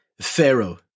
Pharaoh